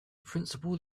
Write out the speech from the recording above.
principle